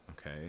okay